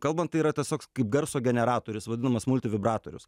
kalbant tai yra tas toks kaip garso generatorius vadinamas multivibratorius